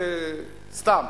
זה סתם.